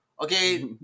Okay